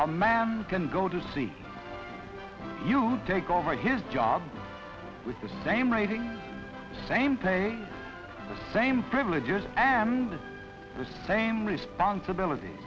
a man can go to see you take over his job with the same rating same place same privileges and the same responsibilit